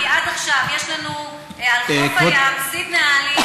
כי עד עכשיו יש על חוף הים סידנא עלי,